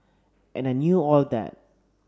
and I knew all that